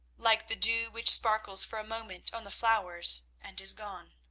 like the dew which sparkles for a moment on the flowers and is gone.